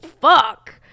fuck